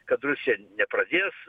kad rusija nepradės